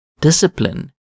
discipline